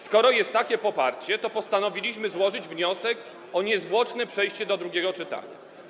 Skoro jest takie poparcie, to postanowiliśmy złożyć wniosek o niezwłoczne przejście do drugiego czytania.